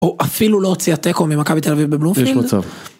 או אפילו לא הוציאה תיקו ממכבי תל אביב בבלומפילד? יש מצב.